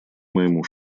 моему